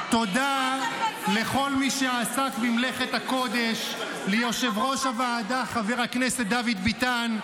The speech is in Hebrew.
תודה לכל מי שעסק במלאכת הקודש: ליושב-ראש הוועדה חבר הכנסת דוד ביטן,